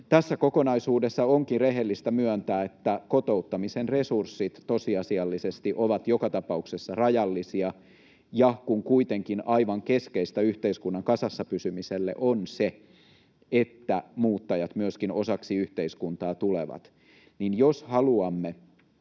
Tässä kokonaisuudessa onkin rehellistä myöntää, että kotouttamisen resurssit tosiasiallisesti ovat joka tapauksessa rajallisia. Ja kun kuitenkin aivan keskeistä yhteiskunnan kasassa pysymiselle on se, että muuttajat tulevat myöskin osaksi yhteiskuntaa, niin jos haluamme,